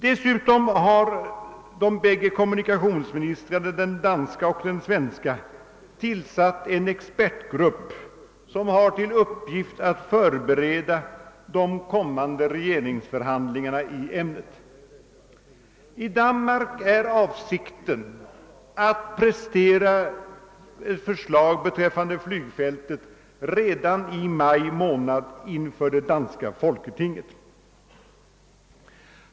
Dessutom har de bägge kommunikationsministrarna, den danska och den svenska, tillsatt en expertgrupp som har till uppgift att förbereda de kommande regeringsförhandlingarna i ämnet. I Danmark är avsikten att framlägga förslag beträffande flygfältet redan under maj månad inför det danska folketinget.